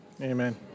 Amen